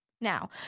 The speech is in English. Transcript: Now